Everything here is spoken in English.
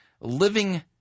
living